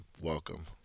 welcome